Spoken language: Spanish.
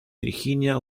virginia